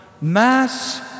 mass